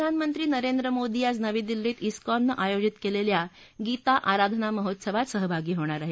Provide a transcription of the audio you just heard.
प्रधानमंत्री नरेंद्र मोदी आज नवी दिल्लीत इस्कॉननं आयोजित केलेल्या गीता आराधना महोत्सवात सहभागी होणार आहेत